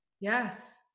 yes